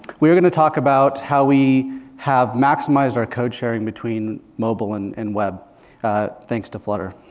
we're going to talk about how we have maximized our code sharing between mobile and and web thanks to flutter.